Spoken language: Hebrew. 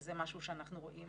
שזה משהו שאנחנו רואים